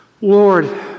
Lord